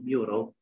Bureau